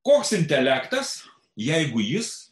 koks intelektas jeigu jis